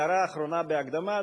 הערה אחרונה בהקדמה,